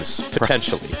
potentially